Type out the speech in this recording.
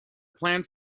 plans